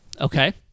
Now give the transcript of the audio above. Okay